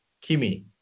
Kimi